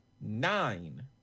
nine